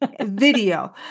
video